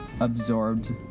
absorbed